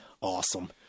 Awesome